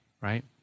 right